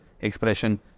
expression